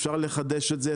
אפשר לחדש את זה,